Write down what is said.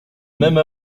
même